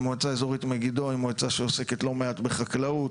המועצה האזורית מגידו היא מועצה שעוסקת לא מעט בחקלאות,